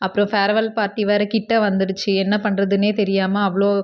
அப்பறம் farewell party வேறு கிட்ட வந்துடுச்சு என்ன பண்ணுறதுன்னே தெரியாமல் அவ்வளோ